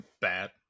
bad